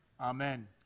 Amen